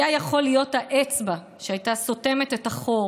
היה יכול להיות האצבע שהייתה סותמת את החור